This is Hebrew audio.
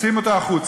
מוציאים אותו החוצה.